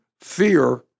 fear